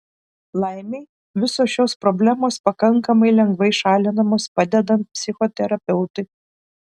laimei visos šios problemos pakankamai lengvai šalinamos padedant psichoterapeutui